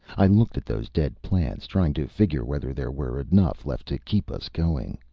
i looked at those dead plants, trying to figure whether there were enough left to keep us going.